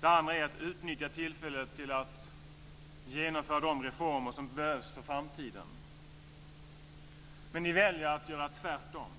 Den andra är att utnyttja tillfället till att genomföra de reformer som behövs för framtiden. Men ni väljer att göra tvärtom.